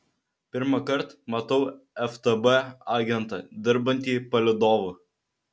pirmąkart matau ftb agentą dirbantį palydovu